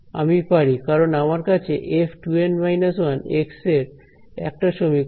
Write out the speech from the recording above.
আমি পারি কারণ আমার কাছে f2N−1 এর একটা সমীকরণ আছে